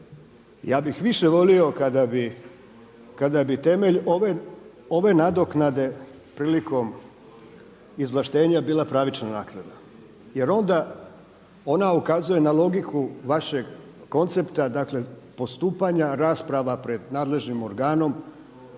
Ja bih više volio kada bi temelj ove nadoknade prilikom izvlaštenja bila pravična naknada, jer onda ona ukazuje na logiku vašeg koncepta, dakle postupanja rasprava pred nadležnim organom,